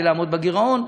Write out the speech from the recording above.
כדי לעמוד בגירעון.